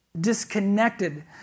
disconnected